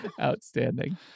Outstanding